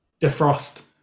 defrost